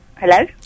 Hello